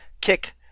kick